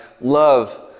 love